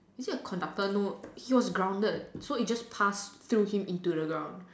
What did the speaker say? is it a conductor no he was grounded so it just passed through him into the ground